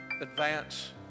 advance